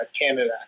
Canada